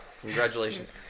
Congratulations